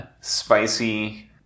spicy